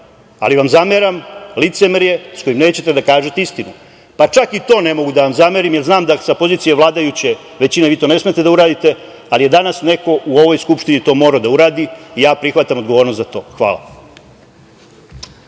ali vam zameram licemerje sa kojim nećete da kažete istinu. Pa, čak ni to ne mogu da vam zamerim, jer znam da sa pozicije vladajuće većine vi to ne smete da uraditi, ali je danas neko u ovoj Skupštini to morao da uradi i ja prihvatam odgovornost za to. Hvala.